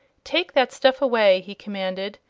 take that stuff away! he commanded.